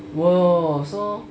!whoa! so